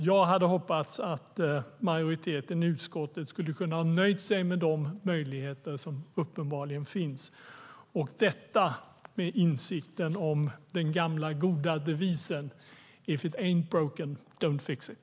Jag hade hoppats att majoriteten i utskottet skulle kunna ha nöjt sig med de möjligheter som uppenbarligen finns, och detta med insikten om den gamla goda devisen: "If it ain't broke, don't fix it."